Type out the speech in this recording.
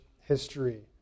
history